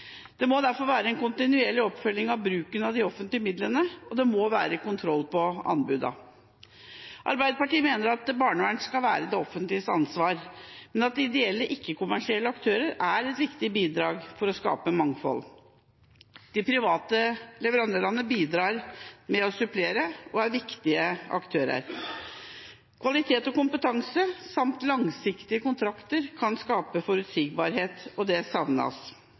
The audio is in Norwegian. Det må derfor være en kontinuerlig oppfølging av bruken av de offentlige midlene, og det må være kontroll på anbudene. Arbeiderpartiet mener at barnevern skal være et offentlig ansvar, men at ideelle ikke-kommersielle aktører er et viktig bidrag for å skape mangfold. De private leverandørene bidrar med å supplere og er viktige aktører. Kvalitet og kompetanse samt langsiktige kontrakter kan skape forutsigbarhet, og det savnes.